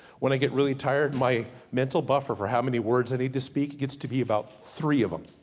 when i get really tired my mental buffer, for how many words i need to speak, gets to be about three of em.